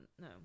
No